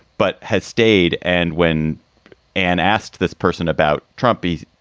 but has stayed. and when and asked this person about trumpy,